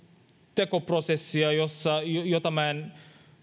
tekoprosessia jota minä en